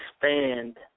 expand